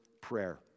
prayer